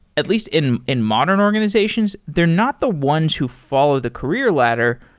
at least in in modern organizations, they're not the ones who follow the career ladder.